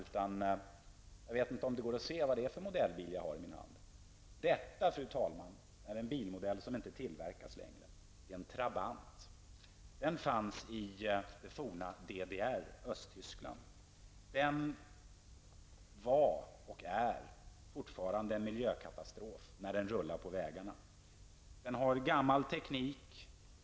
Det är en bilmodell som inte längretillverkas: en Den var, och är fortfarande, en miljökatastrof när den rullar på vägarna. Den har gammal teknik.